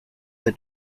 the